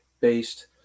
based